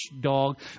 dog